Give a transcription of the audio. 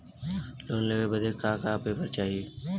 Loan लेवे बदे का का पेपर चाही?